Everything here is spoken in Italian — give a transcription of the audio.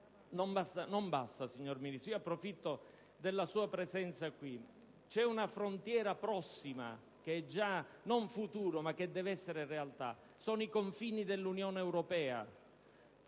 non basta, signor Ministro, ed approfitto della sua presenza in Aula per dire che c'è una frontiera prossima, che è già non futuro, ma che deve essere realtà: sono i confini dell'Unione europea.